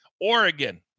Oregon